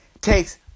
takes